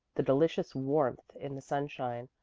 the delicious warmth in the sunshine,